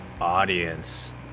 audience